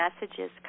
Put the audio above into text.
messages